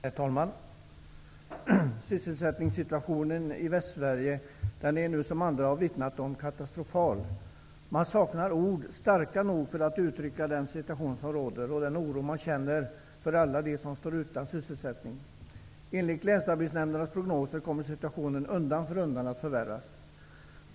Herr talman! Sysselsättningssituationen i Västsverige är nu, som andra har vittnat om, katastrofal. Man saknar ord som är starka nog för att uttrycka den situation som råder och den oro man känner för alla dem som står utan sysselsättning. Enligt länsarbetsnämndernas prognoser kommer situationen att undan för undan förvärras.